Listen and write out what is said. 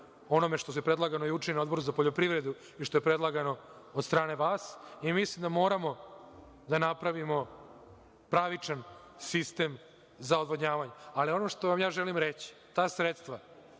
onome što je predlagano juče i na Odboru za poljoprivredu i što je predlagano od strane vas. Mislim da moramo da napravimo pravičan sistem za odvodnjavanje. Ali, ono što vam ja želim reći ta sredstva